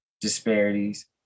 disparities